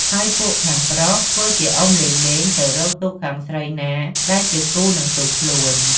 ហើយពួកខាងប្រុសធ្វើជាអុំលេងៗ ទៅរកទូកខាងស្រីណាដែលជាគូនឹងទូកខ្លួន។